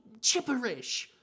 chipperish